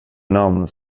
namn